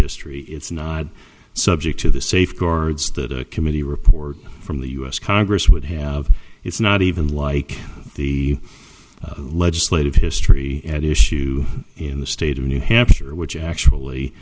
history it's not subject to the safeguards that a committee report from the u s congress would have it's not even like the legislative history at issue in the state of new hampshire which actually